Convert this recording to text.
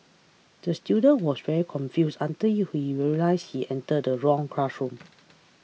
the student was very confused until you he realised he entered the wrong classroom